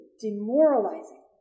demoralizing